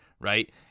right